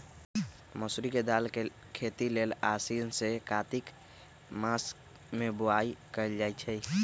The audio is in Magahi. मसूरी के दाल के खेती लेल आसीन से कार्तिक मास में बोआई कएल जाइ छइ